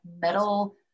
metal